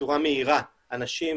בצורה מהירה אנשים